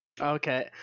Okay